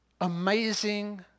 amazing